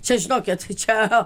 čia žinokit čia